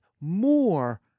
more